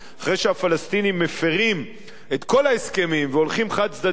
אחרי שהפלסטינים מפירים את כל ההסכמים והולכים חד-צדדית לאו"ם.